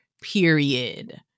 Period